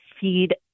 feed